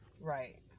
Right